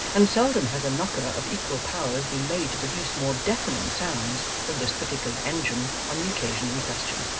and seldom has a knocker of equal powers been made to produce more deafening sounds than this particular engine on the occasion in question.